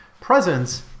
presence